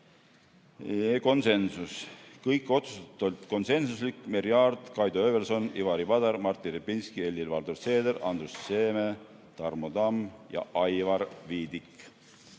(konsensus). Kõik otsused olid konsensuslikud: Merry Aart, Kaido Höövelson, Ivari Padar, Martin Repinski, Helir-Valdor Seeder, Andrus Seeme, Tarmo Tamm ja Aivar Viidik.